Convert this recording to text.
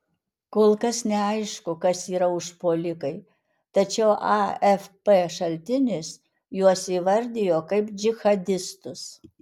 kol kas neaišku kas yra užpuolikai tačiau afp šaltinis juos įvardijo kaip džihadistus